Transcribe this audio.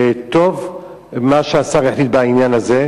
וטוב מה שהשר החליט בעניין הזה.